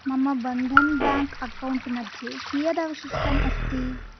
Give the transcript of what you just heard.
मम Bandhan bank account मध्ये कियदवशिष्टम् अस्ति